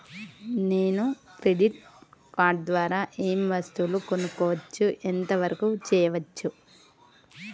నేను credit card ద్వారా ఏం వస్తువులు కొనుక్కోవచ్చు ఎంత వరకు చేయవచ్చు?